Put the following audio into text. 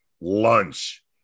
lunch